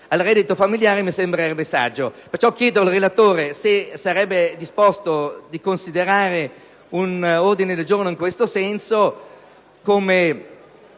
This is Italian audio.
al reddito familiare: mi sembrerebbe saggio. Per questo chiedo al relatore se è disposto a considerare un ordine del giorno in questo senso, che